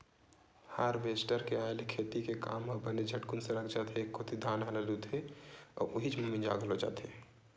harvester के आय ले खेती के काम ह बने झटकुन सरक जाथे एक कोती धान ल लुथे अउ उहीच म मिंजा घलो जथे